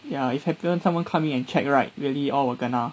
ya if happen someone come in and check right really all will kena